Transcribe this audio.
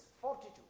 fortitude